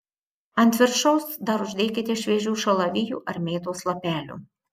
ant viršaus dar uždėkite šviežių šalavijų ar mėtos lapelių